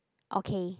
okay